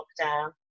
lockdown